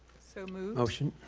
so moved. motion.